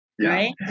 right